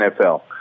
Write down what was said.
NFL